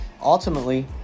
Ultimately